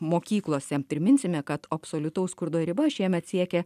mokyklose priminsime kad absoliutaus skurdo riba šiemet siekia